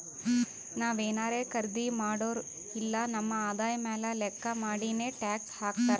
ನಾವ್ ಏನಾರೇ ಖರ್ದಿ ಮಾಡುರ್ ಇಲ್ಲ ನಮ್ ಆದಾಯ ಮ್ಯಾಲ ಲೆಕ್ಕಾ ಮಾಡಿನೆ ಟ್ಯಾಕ್ಸ್ ಹಾಕ್ತಾರ್